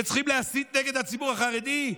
וצריכים להסית נגד הציבור החרדי?